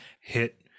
hit